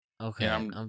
Okay